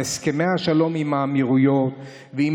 על הסכמי השלום עם האמירויות ועם